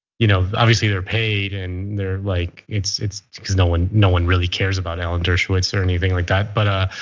you know obviously they're paid and they're like, it's it's because no one no one really cares about alan dershowitz or anything like that. but